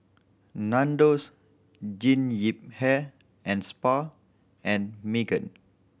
Nandos Jean Yip Hair and Spa and Megan